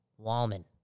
Wallman